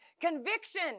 conviction